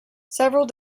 several